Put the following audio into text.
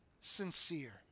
sincere